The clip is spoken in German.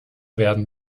werden